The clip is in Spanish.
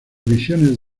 visiones